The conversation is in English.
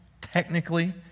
technically